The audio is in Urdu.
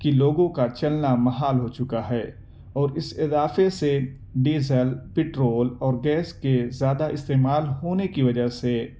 کہ لوگوں کا چلنا محال ہوچکا ہے اور اس اضافے سے ڈیزل پٹرول اور گیس کے زیادہ استعمال ہونے کی وجہ سے